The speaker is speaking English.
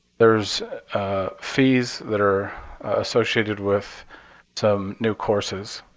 there's fees that are associated with some new courses.